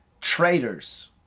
traitors